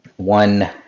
one